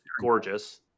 gorgeous